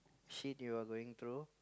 shit you're going through